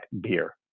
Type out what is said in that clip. beer